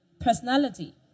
personality